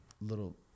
little